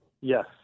Yes